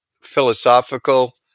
philosophical